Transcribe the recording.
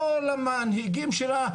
כל המנהיגים שלה,